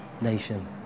nation